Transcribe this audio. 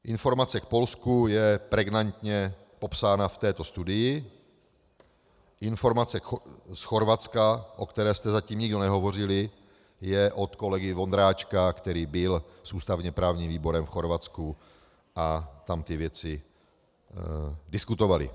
Informace k Polsku je pregnantně popsána v této studii, informace z Chorvatska, o které jsme zatím nikde nehovořili, je od kolegy Vondráčka, který byl s ústavněprávním výborem v Chorvatsku a tam ty věci diskutovali.